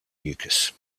mucus